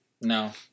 No